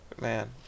man